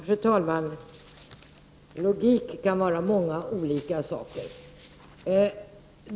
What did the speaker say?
Fru talman! Logik kan handla om många olika saker.